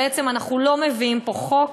אנחנו לא מביאים פה חוק